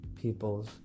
people's